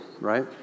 right